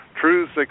truths